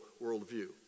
worldview